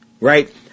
right